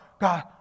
God